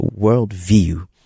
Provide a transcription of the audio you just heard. worldview